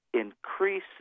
increase